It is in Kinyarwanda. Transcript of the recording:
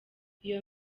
iyo